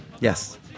Yes